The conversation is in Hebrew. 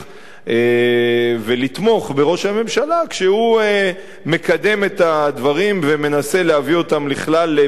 ולתמוך בראש הממשלה כשהוא מקדם את הדברים ומנסה להביא אותם לכלל פתרון,